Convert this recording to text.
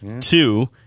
Two